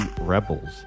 Rebels